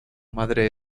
madre